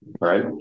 Right